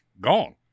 gone